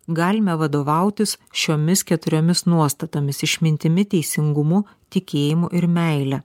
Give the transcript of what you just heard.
galime vadovautis šiomis keturiomis nuostatomis išmintimi teisingumu tikėjimu ir meile